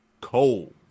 cold